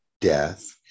death